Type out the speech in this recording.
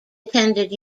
attended